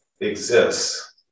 exists